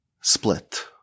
split